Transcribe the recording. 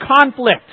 conflict